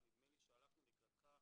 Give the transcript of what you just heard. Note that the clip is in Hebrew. שצריך עוד חידוד.